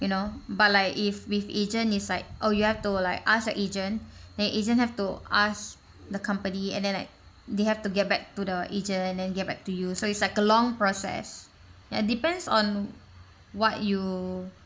you know but like if with agent is like oh you have to like ask your agent then agent have to ask the company and then like they have to get back to the agent and then get back to you so it's like a long process and depends on what you